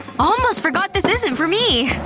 almost forgot this isn't for me!